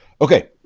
Okay